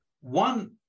one